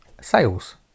Sales